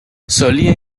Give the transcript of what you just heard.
solía